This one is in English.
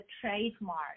trademark